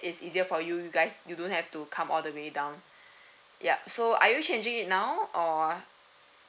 it's easier for you you guys you don't have to come all the way down yup so are you changing it now or